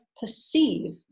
perceive